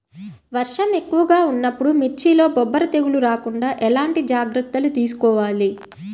వర్షం ఎక్కువగా ఉన్నప్పుడు మిర్చిలో బొబ్బర తెగులు రాకుండా ఎలాంటి జాగ్రత్తలు తీసుకోవాలి?